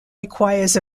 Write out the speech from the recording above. requires